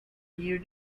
you